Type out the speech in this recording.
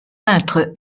peintre